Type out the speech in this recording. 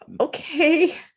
okay